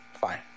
Fine